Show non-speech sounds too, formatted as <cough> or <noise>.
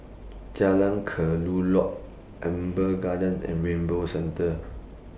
Jalan Kelulut Amber Gardens and Rainbow Centre <noise>